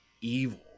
evil